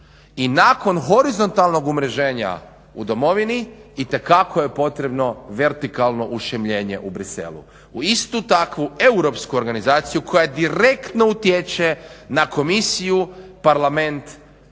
I nakon horizontalnog umreženja u domovini itekako je potrebno vertikalno ušimljenje u Bruxellesu, u istu takvu europsku organizaciju koja je direktno utječe na komisiju parlament